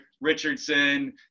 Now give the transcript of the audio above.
Richardson